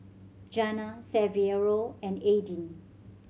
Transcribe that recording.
Jana Saverio and Aidyn